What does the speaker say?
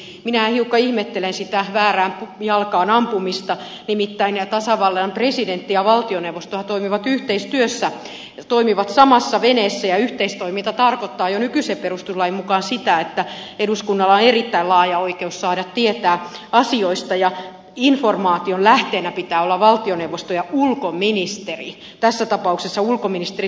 minä hiukan ihmettelen sitä väärään jalkaan ampumista nimittäin tasavallan presidentti ja valtioneuvostohan toimivat yhteistyössä toimivat samassa veneessä ja yhteistoiminta tarkoittaa jo nykyisen perustuslain mukaan sitä että eduskunnalla on erittäin laaja oikeus saada tietää asioista ja informaation lähteenä pitää olla valtioneuvosto ja ulkoministeri tässä tapauksessa ulkoministeri stubb